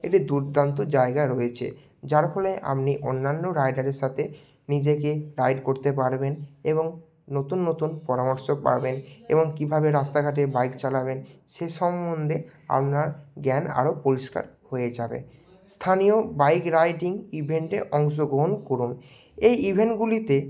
এদের দুর্দান্ত জায়গা রয়েছে যার ফলে আমনি অন্যান্য রাইডারের সাথে নিজেকে গাইড করতে পারবেন এবং নতুন নতুন পরামর্শ পাবেন এবং কীভাবে রাস্তাঘাটে বাইক চালাবেন সে সম্বন্ধে আপনার জ্ঞান আরও পরিষ্কার হয়ে যাবে স্থানীয় বাইক রাইডিং ইভেন্টে অংশগ্রহণ করুন এই ইভেন্টগুলিতে